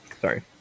Sorry